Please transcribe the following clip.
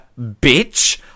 bitch